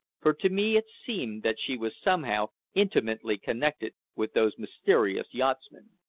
for to me it seemed that she was somehow intimately connected with those mysterious yachtsmen.